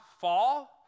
fall